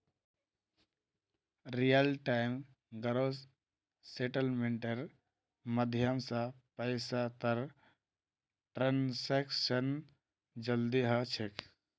real time gross सेटलमेंटेर माध्यम स पैसातर ट्रांसैक्शन जल्दी ह छेक